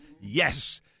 yes